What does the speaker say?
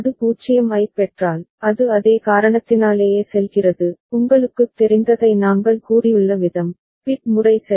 அது 0 ஐப் பெற்றால் அது அதே காரணத்தினாலேயே செல்கிறது உங்களுக்குத் தெரிந்ததை நாங்கள் கூறியுள்ள விதம் பிட் முறை சரி